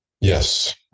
Yes